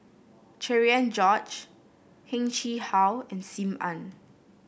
Cherian George Heng Chee How and Sim Ann